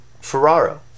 Ferraro